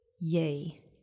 yay